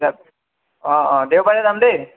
অ অ দেওবাৰে যাম দেই